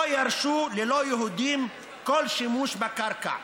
לא ירשו ללא-יהודים כל שימוש בקרקע.